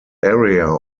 area